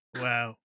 Wow